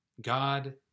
God